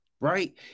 right